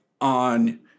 on